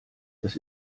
das